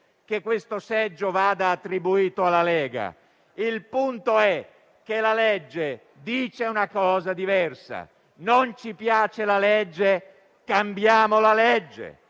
che questo seggio vada attribuito alla Lega. Il punto è che la legge dice una cosa diversa. Non ci piace la legge, cambiamo la legge;